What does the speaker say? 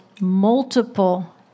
multiple